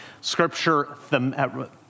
Scripture